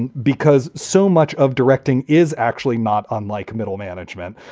and because so much of directing is actually not unlike middle management.